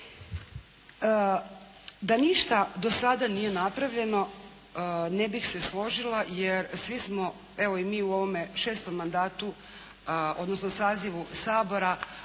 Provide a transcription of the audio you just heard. Da ništa do sada nije napravljeno ne bih se složila, jer svi smo, evo i mi u ovome 6. mandatu, odnosno sazivu Sabora